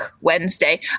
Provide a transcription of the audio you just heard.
Wednesday